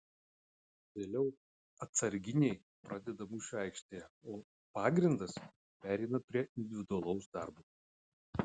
vėliau atsarginiai pradeda mūšį aikštėje o pagrindas pereina prie individualaus darbo